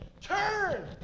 turn